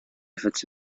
efforts